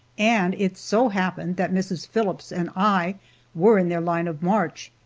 and it so happened that mrs. phillips and i were in their line of march,